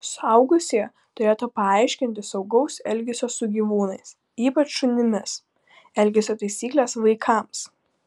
suaugusieji turėtų paaiškinti saugaus elgesio su gyvūnais ypač šunimis elgesio taisykles vaikams